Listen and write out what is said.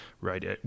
right